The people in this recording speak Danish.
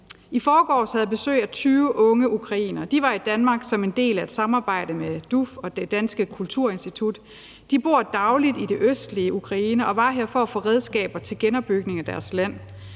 I forgårs havde jeg besøg af 20 unge ukrainere. De var i Danmark som en del af et samarbejde med DUF og Dansk Kulturinstitut. De bor til daglig i det østlige Ukraine og var her for at få redskaber til genopbygning af deres land.